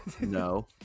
No